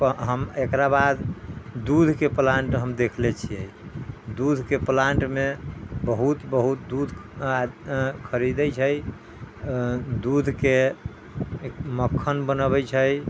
हम एकराबाद दूधके प्लान्ट हम देखले छियै दूधके प्लान्टमे बहुत बहुत दूध खरीदै छै दूधके मक्खन बनबै छै